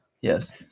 yes